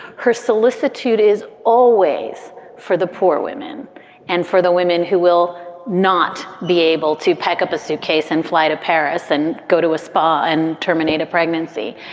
her solicitude is always for the poor women and for the women who will not be able to pick up a suitcase and fly to paris and go to a spa and terminate a pregnancy.